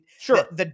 Sure